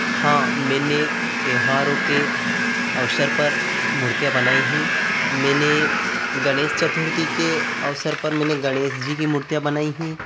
हाँ मैंने त्योहारों के अवसर पर मूर्तियाँ बनाई हैं मैंने गणेश चतुर्थी के अवसर पर मैंने गणेश जी की मूर्तियाँ बनाई हैं